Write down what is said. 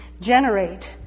generate